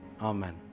Amen